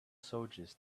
soldiers